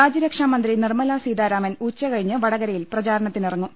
രാജ്യരക്ഷാ മന്ത്രി നിർമ്മലാ സ്വീതാരാമൻ ഉച്ചക ഴിഞ്ഞ് വടകരയിൽ പ്രചാരണത്തിനിറങ്ങും